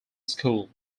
school